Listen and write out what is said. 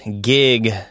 gig